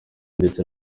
ndetse